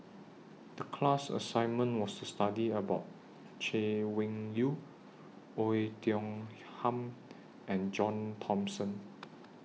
The class assignment was to study about Chay Weng Yew Oei Tiong Ham and John Thomson